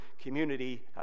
community